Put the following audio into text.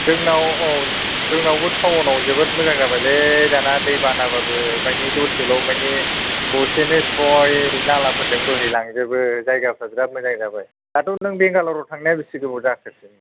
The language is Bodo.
जोंनाव औ जोंनावबो टाउनाव जोबोद मोजां जाबाय लै दाना दै बाना ब्लाबो मानि दसेल' मानि दसेनो स्रय नालाफोरजों बोहोयलांजोबो जायगाफोरा बिराद मोजां जाबाय दाथ' नों बेंगालराव थांनाया बेसे गोबाव जाखोसो